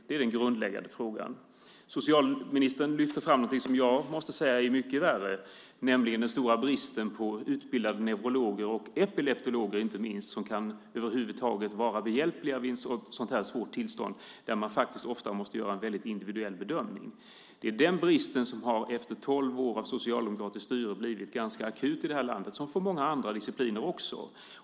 Det är den grundläggande frågan. Socialministern lyfte fram något som jag måste säga är mycket värre, nämligen den stora bristen på utbildade neurologer - och inte minst epileptologer, de som över huvud taget kan vara behjälpliga vid ett sådant här svårt tillstånd, då man ofta måste göra en individuell bedömning. Det är den bristen som efter tolv år av socialdemokratiskt styre har blivit ganska akut i det här landet, och detsamma gäller många andra discipliner också.